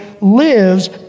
lives